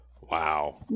Wow